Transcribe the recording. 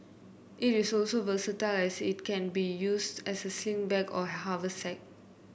it is also versatile as it can be used as a sling bag or a haversack